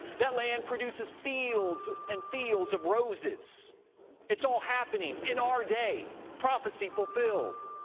that land produces fields and fields of roses it's all happening in our day, prophecy fulfilled.